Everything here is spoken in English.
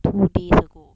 two days ago